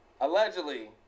allegedly